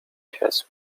tests